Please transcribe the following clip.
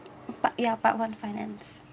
part ya part one finance